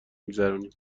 میگذرونیم